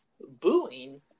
booing